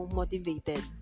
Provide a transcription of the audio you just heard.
motivated